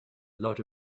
lot